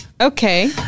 Okay